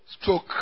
stroke